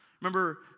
Remember